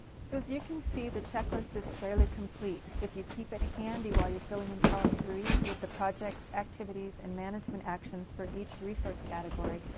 so, as you can see, the checklist is fairly complete. if you keep it handy while you're filling in column three with the projects, activities and management actions for each resource category,